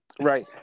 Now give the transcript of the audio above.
Right